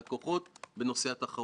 את הדבר הזה חייבים לתקן.